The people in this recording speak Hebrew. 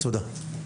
תודה.